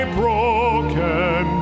broken